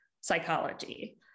psychology